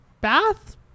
bath